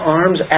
arms